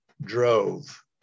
drove